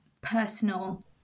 personal